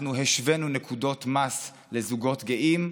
אנחנו השווינו נקודות מס לזוגות גאים.